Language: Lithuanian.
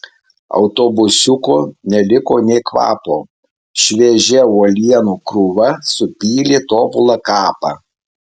autobusiuko neliko nė kvapo šviežia uolienų krūva supylė tobulą kapą